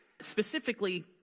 specifically